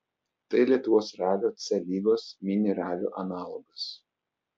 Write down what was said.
tai lietuvos ralio c lygos mini ralio analogas